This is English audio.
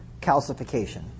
calcification